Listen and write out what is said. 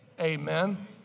amen